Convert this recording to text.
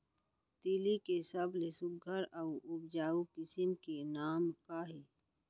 तिलि के सबले सुघ्घर अऊ उपजाऊ किसिम के नाम का हे?